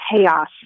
chaos